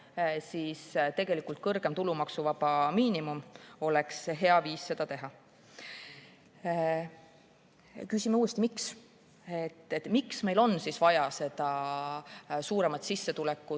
siis kõrgem tulumaksuvaba miinimum oleks hea viis seda teha. Küsin uuesti, miks meil on vaja seda suuremat sissetulekute